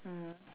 mm